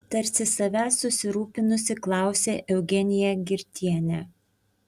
tarsi savęs susirūpinusi klausė eugenija girtienė